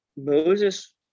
Moses